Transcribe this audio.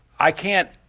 i can't